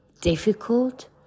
difficult